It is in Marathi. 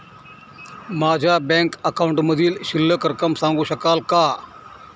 माझ्या बँक अकाउंटमधील शिल्लक रक्कम सांगू शकाल का?